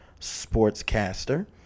sportscaster